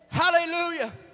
hallelujah